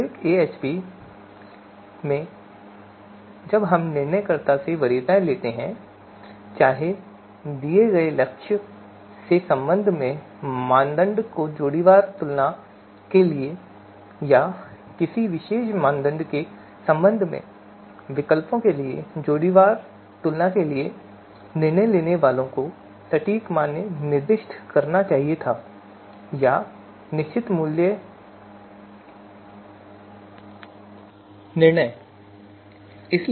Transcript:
पारंपरिक एएचपी में जब हम निर्णयकर्ता से वरीयताएँ लेते हैं चाहे दिए गए लक्ष्य के संबंध में मानदंड की जोड़ीवार तुलना के लिए या किसी विशेष मानदंड के संबंध में विकल्पों के बीच जोड़ीवार तुलना के लिए निर्णय लेने वालों को यातो सटीक मान निर्दिष्ट करना चाहिए था या निश्चित मूल्य निर्णय निर्दिष्ट करना चाहिए था